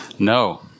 No